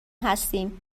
هستیم